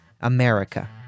America